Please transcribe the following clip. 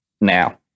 now